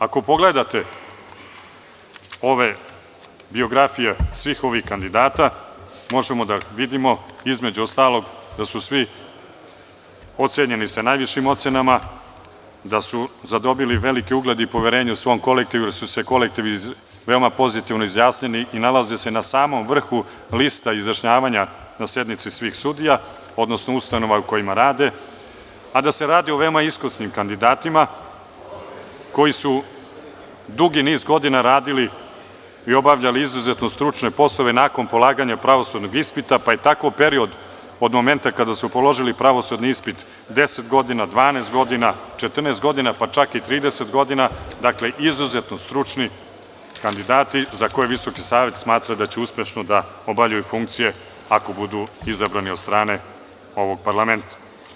Ako pogledate ove biografije, svih ovih kandidata možemo da vidimo između ostalog da su svi ocenjeni sa najvišim ocenama, da su zadobili veliki ugled i poverenje u svom kolektivu, jer su se kolektivi veoma pozitivno izjasnili i nalaze se na samom vrhu lista izjašnjavanja na sednici svih sudija, odnosno ustanova u kojima rade, a da se radi o veoma iskusnim kandidatima koji su dugi niz godina radili i obavljali izuzetno stručne poslove nakon polaganja pravosudnog ispita, pa je tako period od momenta kada su položili pravosudni ispit 10 godina, 12 godina, 14 godina, pa čak i 30 godina, dakle, izuzetno stručni kandidati za koje Visoki savet smatra da će uspešno da obavljaju funkcije ako budu izabrani od strane ovog parlamenta.